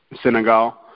senegal